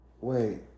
Wait